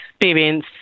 experience